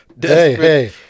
hey